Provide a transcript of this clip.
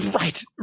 Right